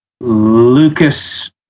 Lucas